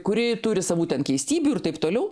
kuri turi savų ten keistybių ir taip toliau